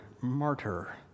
martyr